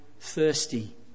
thirsty